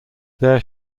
their